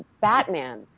Batman